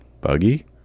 Buggy